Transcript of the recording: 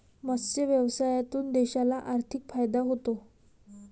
मत्स्य व्यवसायातून देशाला आर्थिक फायदा होतो